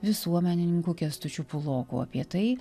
visuomenininku kęstučiu puloku apie tai